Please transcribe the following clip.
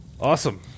Awesome